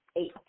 eight